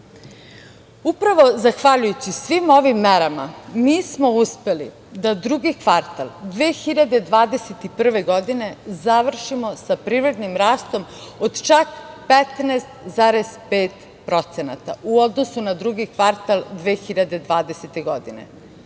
zahvaljujući svim ovim merama, mi smo uspeli da drugi kvartal 2021. godine završimo sa privrednim rastom od čak 15,5%, u odnosu na drugi kvartal 2020. godine.